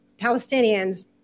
Palestinians